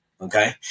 Okay